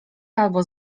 albo